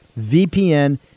VPN